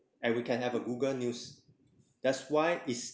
and we can have a google news that's why it's